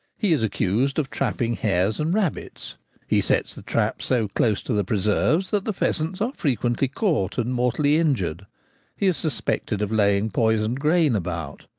he is accused of trapping hares and rabbits he sets the traps so close to the preserves that the pheasants are frequently caught and mortally injured he is suspected of laying poisoned grain about.